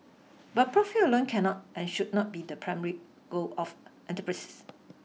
but profit alone cannot and should not be the primary goal of enterprises